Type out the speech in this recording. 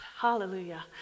Hallelujah